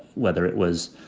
whether it was